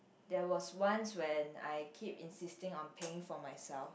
there was once when I keep insisting on paying for myself